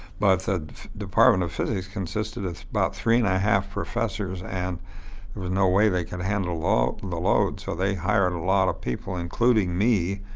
but the department of physics consisted of about three and a half professors and there was no way they could handle ah the load. so they hired a lot of people, including me,